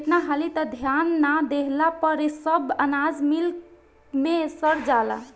केतना हाली त ध्यान ना देहला पर सब अनाज मिल मे सड़ जाला